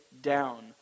down